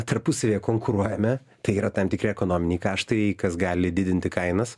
tarpusavyje konkuruojame tai yra tam tikri ekonominiai kaštai kas gali didinti kainas